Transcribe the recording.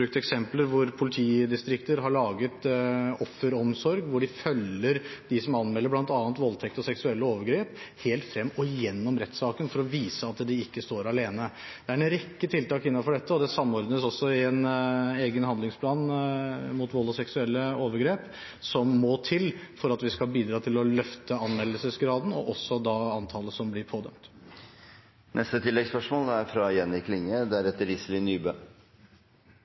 eksempler hvor politidistrikter har opprettet en offeromsorg, hvor man følger dem som anmelder bl.a. voldtekt og seksuelle overgrep, helt frem til og gjennom rettssaken, for å vise at de ikke står alene. Det er en rekke tiltak innenfor dette. Det samordnes også i en egen handlingsplan mot vold og seksuelle overgrep, en handlingsplan som må til for at vi kan bidra til å løfte anmeldelsesgraden og også antallet saker som blir pådømt. Jenny Klinge – til oppfølgingsspørsmål. Dette temaet er